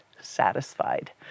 satisfied